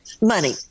money